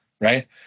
Right